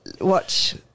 watch